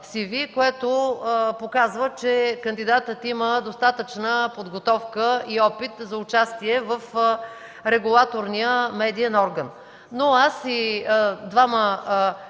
показва, че кандидатът има достатъчно подготовка и опит за участие в регулаторния медиен орган.